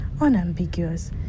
unambiguous